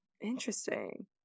Interesting